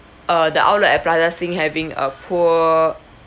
uh the outlet at plaza sing having a poor